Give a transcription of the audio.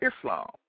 Islam